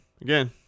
again